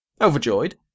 Overjoyed